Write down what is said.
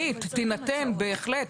בהחלט,